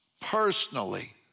personally